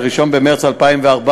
1 במרס 2014,